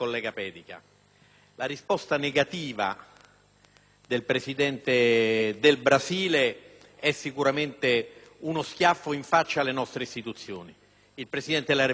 del Presidente del Brasile è sicuramente uno schiaffo alle nostre istituzioni. Il Presidente della Repubblica italiana era intervenuto, come è intervenuto il presidente della Camera Fini.